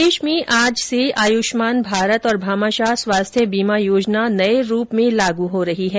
प्रदेश में आज से आयुष्मान भारत और भामाशाह स्वास्थ्य बीमा योजना नये रूप में लागू हो रही है